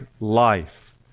life